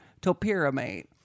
Topiramate